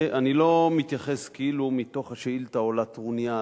אני לא מתייחס כאילו מתוך השאילתא, או לטרוניה,